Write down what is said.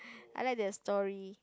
I like the story